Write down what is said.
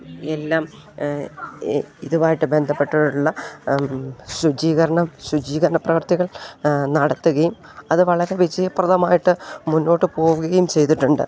എല്ലാം ഇതുമായിട്ട് ബന്ധപ്പെട്ടുള്ള ശുചീകരണം ശുചീകരണ പ്രവർത്തികൾ നടത്തുകയും അത് വളരെ വിജയപ്രദമായിട്ട് മുന്നോട്ട് പോകുകയും ചെയ്തിട്ടുണ്ട്